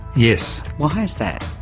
yes. why is that?